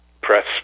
press